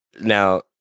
now